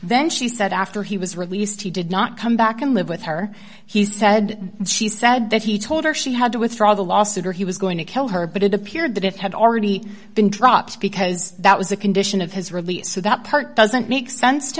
then she said after he was released he did not come back and live with her he said she said that he told her she had to withdraw the lawsuit or he was going to kill her but it appeared that it had already been dropped because that was a condition of his release so that part doesn't make sense to